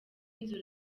inzu